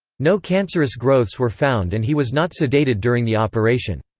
no cancerous growths were found and he was not sedated during the operation.